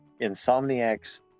Insomniac's